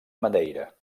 madeira